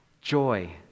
Joy